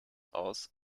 aus